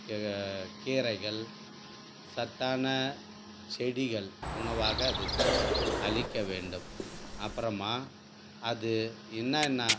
key கீரைகள் சத்தான செடிகள் உணவாக அதுக்கு அளிக்க வேண்டும் அப்புறமா அது என்னென்னா